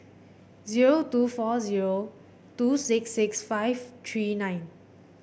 zero two four zero two six six five three nine